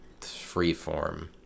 freeform